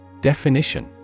definition